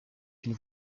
une